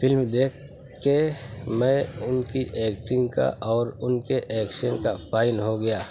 film دیکھ کے میں ان کی ایکٹنگ کا اور ان کے ایکشن کا فین ہو گیا